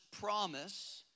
promise